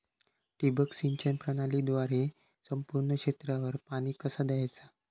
ठिबक सिंचन प्रणालीद्वारे संपूर्ण क्षेत्रावर पाणी कसा दयाचा?